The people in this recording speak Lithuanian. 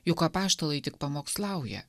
juk apaštalai tik pamokslauja